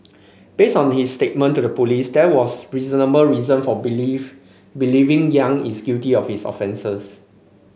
based on his statement to the police there was reasonable reason for believe believing Yang is guilty of his offences